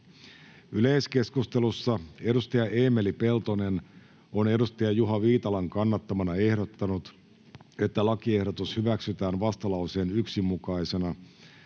Yleiskeskustelussa edustaja Eemeli Peltonen on edustaja Juha Viitalan kannattamana ehdottanut, että lakiehdotus hyväksytään vastalauseen 1 mukaisena,